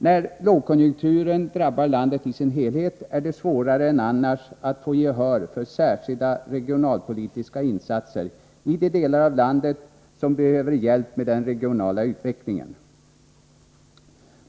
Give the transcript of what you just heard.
När lågkonjunkturen drabbar landet i dess helhet är det svårare än annars att få gehör för särskilda regionalpolitiska insatser i de delar av landet som behöver hjälp med den regionala utvecklingen.